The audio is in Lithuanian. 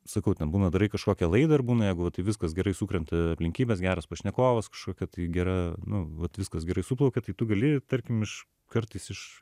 sakau ten būna darai kažkokią laidą ir būna jeigu va taip viskas gerai sukrenta aplinkybės geras pašnekovas kažkokia tai gera nu vat viskas gerai suplaukė tai tu gali tarkim iš kartais iš